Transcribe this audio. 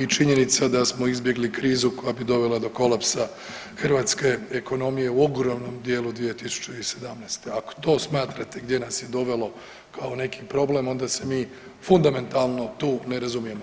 i činjenica da smo izbjegli krizu koja bi dovela do kolapsa hrvatske ekonomije u ogromnom dijelu 2017., ako to smatrate gdje nas je dovelo kao neki problem onda se mi fundamentalno tu ne razumijemo.